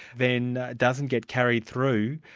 then doesn't get carried through,